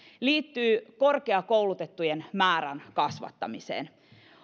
liittyy korkeakoulutettujen määrän kasvattamiseen